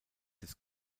des